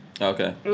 Okay